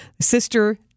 sister